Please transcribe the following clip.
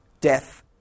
death